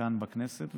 כאן בכנסת.